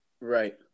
Right